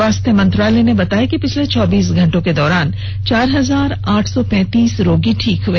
स्वास्थ्य मंत्रालय ने बताया कि पिछले चौबीस घंटे के दौरान चार हजार आठ सौ पैंतीस रोगी ठीक हुए